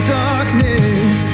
darkness